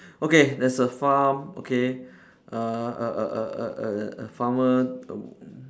okay there's a farm okay a a a a a a farmer err